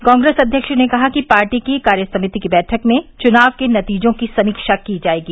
कांग्रेस अध्यक्ष ने कहा कि पार्टी की कार्य समिति की बैठक में चुनाव के नतीजों की समीक्षा की जाएगी